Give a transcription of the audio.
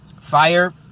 Fire